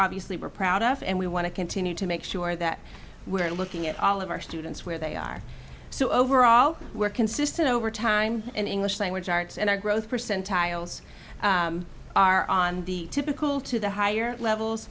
obviously we're proud of and we want to continue to make sure that we're looking at all of our students where they are so overall we're consistent over time in english language arts and our growth percentiles are on the typical to the higher levels